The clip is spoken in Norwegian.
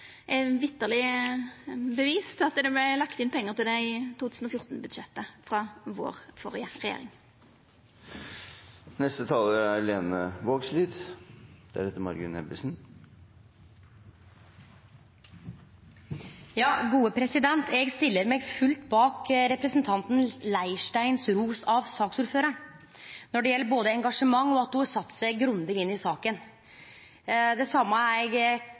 vitterleg bevist at det vart lagt inn pengar til det i 2014-budsjettet frå vår førre regjering. Eg stiller meg fullt bak representanten Leirsteins ros av saksordføraren både når det gjeld engasjement og at ho har sett seg grundig inn i saka. Det same kan eg